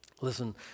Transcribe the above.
Listen